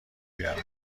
بیارم